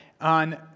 on